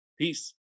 Peace